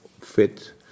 fit